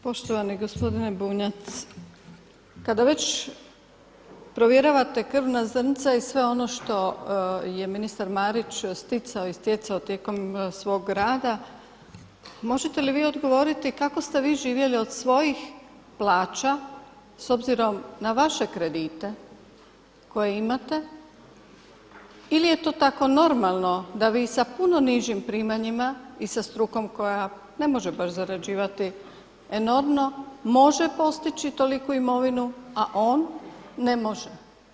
Poštovani gospodine Bunjac, kada već provjeravate krvna zrnca i sve ono što je ministar Marić stjecao i stjecao tijekom svog rada možete li vi odgovoriti kako ste vi živjeli od svojih plaća, s obzirom na vaše kredite koje imate ili je to tako normalno da vi sa puno nižim primanjima i sa strukom koja ne može baš zarađivati enormno može postići toliku imovinu a on ne može.